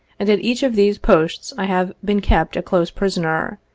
and at each of these posts i have been kept a close prisoner,